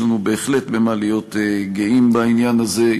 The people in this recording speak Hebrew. יש לנו בהחלט במה להיות גאים בעניין הזה,